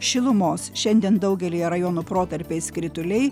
šilumos šiandien daugelyje rajonų protarpiais krituliai